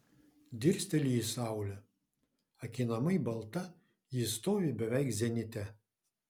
dirsteli į saulę akinamai balta ji stovi beveik zenite